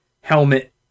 helmet